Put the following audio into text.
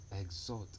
exhort